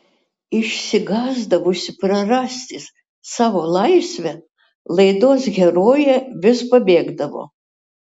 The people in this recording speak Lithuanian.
išsigąsdavusi prarasti savo laisvę laidos herojė vis pabėgdavo